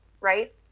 right